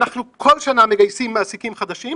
אנחנו כל שנה מגייסים מעסיקים חדשים,